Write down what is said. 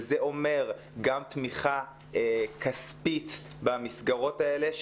וזה אומר גם תמיכה כספית במסגרות האלה,